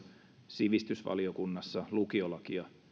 sivistysvaliokunnassa lukiolakia